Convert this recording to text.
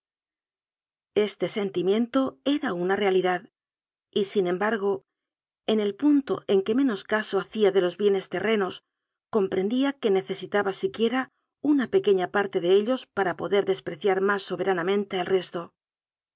este sentimiento era una realidad y sin em bargo en el punto en que menos caso hacía de los bienes terrenos comprendía que necesitaba siquiera una pequeña parte de ellos para poder despreciar más soberanamente el resto